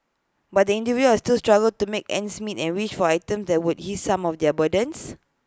but individuals still struggle to make ends meet and wish for items that would ease some of their burdens